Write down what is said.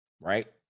Right